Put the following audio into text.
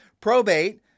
Probate